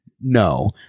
No